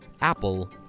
apple